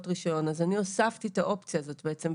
רישיון אז אני הוספת את האופציה הזאת בעצם.